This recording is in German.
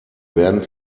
werden